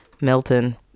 Milton